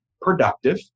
productive